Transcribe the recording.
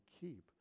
keep